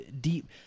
deep